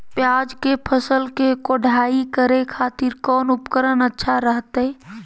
प्याज के फसल के कोढ़ाई करे खातिर कौन उपकरण अच्छा रहतय?